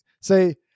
say